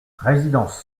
résidence